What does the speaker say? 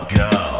go